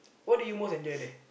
what do you most enjoy there